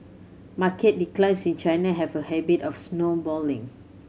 market declines in China have a habit of snowballing